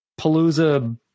palooza